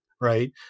Right